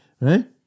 Right